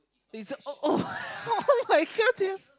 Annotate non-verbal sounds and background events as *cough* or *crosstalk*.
it's a oh *laughs* [oh]-my-god they're